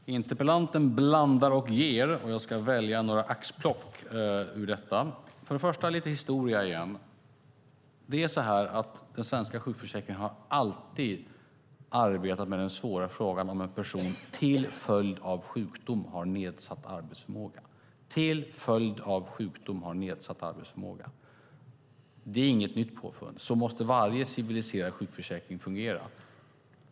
Herr talman! Interpellanten blandar och ger. Jag ska göra ett axplock ur detta. Jag börjar med lite mer historia. Den svenska sjukförsäkringen har alltid utgått från den svåra frågan om en person till följd av sjukdom har nedsatt arbetsförmåga. Det är inget nytt påfund. Så måste sjukförsäkringen i varje civiliserat samhälle fungera.